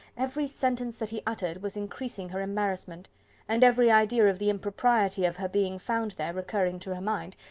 every sentence that he uttered was increasing her embarrassment and every idea of the impropriety of her being found there recurring to her mind,